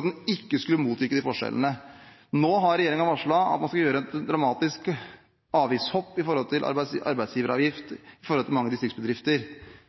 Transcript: at man skulle motvirke forskjellene. Nå har regjeringen varslet et dramatisk hopp i arbeidsgiveravgiften til mange distriktsbedrifter. Jan Tore Sanner garanterte på direktesendt tv at regjeringen skulle gi kompensasjon – krone for krone – til